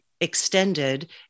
extended